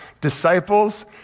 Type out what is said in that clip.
Disciples